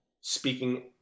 speaking